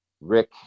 Rick